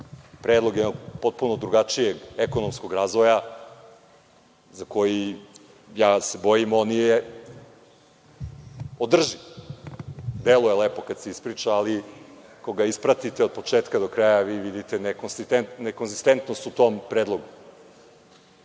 predlog potpuno drugačijeg ekonomskog razvoja, za koji se bojim da nije održiv. Deluje lepo kada se ispriča, ali ako ga ispratite od početka do kraja, vi vidite nekonzistentnost u tom predlogu. Bez